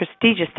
prestigious